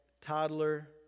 toddler